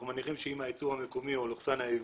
אנחנו מניחים שאם הייצור המקומי או הייבוא